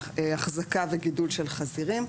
בהחזקה וגידול של חזירים.